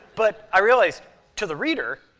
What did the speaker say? but i realized to the reader,